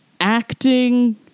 acting